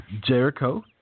Jericho